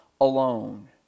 alone